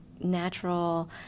natural